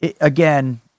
Again